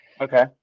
Okay